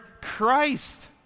Christ